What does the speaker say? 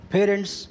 Parents